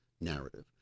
narrative